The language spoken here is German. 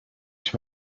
ich